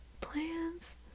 plans